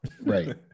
Right